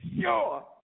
sure